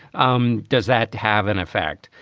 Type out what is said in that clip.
um does that have an effect?